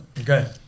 Okay